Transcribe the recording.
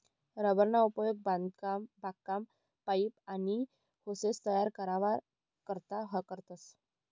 rubber ना उपेग बागकाम, पाइप, आनी होसेस तयार कराना करता करतस